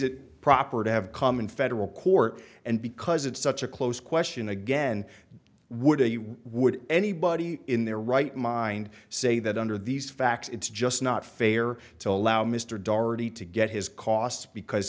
it proper to have come in federal court and because it's such a close question again would they would anybody in their right mind say that under these facts it's just not fair to allow mr doretti to get his costs because